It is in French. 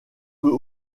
peut